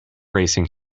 racing